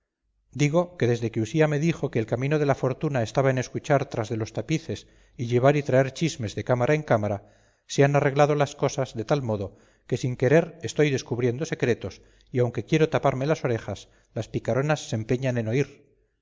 digo que desde que usía me dijo que el camino de la fortuna estaba en escuchar tras de los tapices y llevar y traer chismes de cámara en cámara se han arreglado las cosas de tal modo que sin querer estoy descubriendo secretos y aunque quiero taparme las orejas las picaronas se empeñan en oír